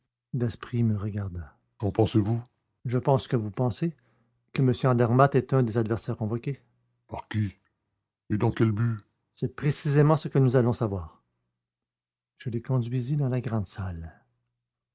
daspry me regarda qu'en pensez-vous je pense ce que vous pensez que m andermatt est un des adversaires convoqués par qui et dans quel but c'est précisément ce que nous allons savoir je les conduisis dans la grande salle